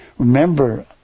Remember